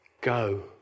Go